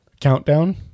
Countdown